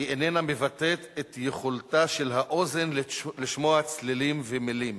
היא איננה מבטאת את יכולתה של האוזן לשמוע צלילים ומלים.